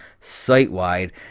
site-wide